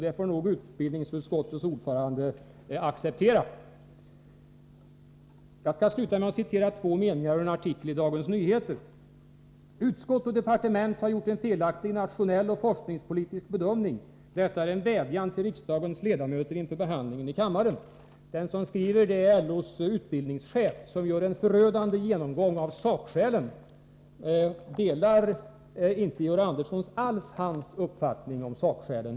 Det får nog utbildningsutskottets ordförande acceptera. Jag skall avsluta med att citera två meningar ur en artikel ur Dagens Nyheter: ”Utskott och departement har gjort en felaktig nationell och forskningspolitisk bedömning. Detta är en vädjan till riksdagens ledamöter inför behandlingen i kammaren.” Den som skriver detta är LO:s utbildningschef, som gör en förödande genomgång av sakskälen. Delar inte Georg Andersson alls hans uppfattning om sakskälen?